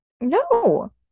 No